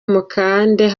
mukande